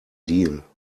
deal